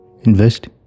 invest